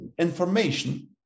information